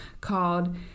called